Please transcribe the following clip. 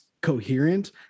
coherent